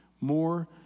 more